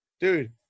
Dude